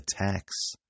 attacks